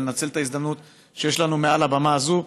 ולנצל את ההזדמנות שיש לנו מעל לבמה הזאת.